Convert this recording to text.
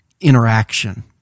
interaction